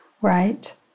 right